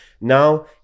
now